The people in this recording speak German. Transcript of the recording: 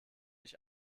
ich